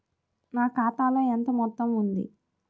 నా ఖాతాలో ఎంత మొత్తం ఉంది?